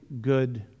good